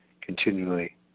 continually